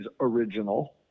original